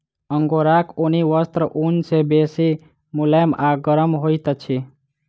अंगोराक ऊनी वस्त्र ऊन सॅ बेसी मुलैम आ गरम होइत अछि